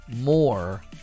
more